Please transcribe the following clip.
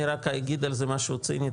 אני רק אגיד על זה משהו ציני,